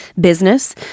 business